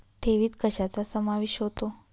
ठेवीत कशाचा समावेश होतो?